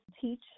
teach